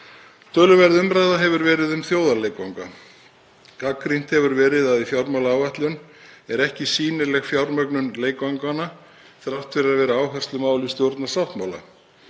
Töluverð umræða hefur verið um þjóðarleikvanga. Gagnrýnt hefur verið að í fjármálaáætlun er ekki sýnileg fjármögnun leikvanganna þrátt fyrir að það sé áherslumál í stjórnarsáttmála.